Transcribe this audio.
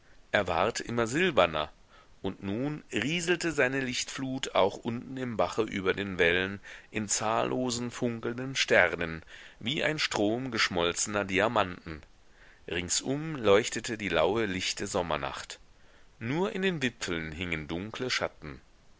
er ward immer silberner und nun rieselte seine lichtflut auch unten im bache über den wellen in zahllosen funkelnden sternen wie ein strom geschmolzener diamanten ringsum leuchtete die laue lichte sommernacht nur in den wipfeln hingen dunkle schatten